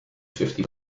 fifty